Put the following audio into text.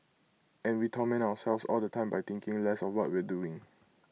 and we torment ourselves all the time by thinking less of what we're doing